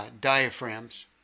diaphragms